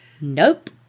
nope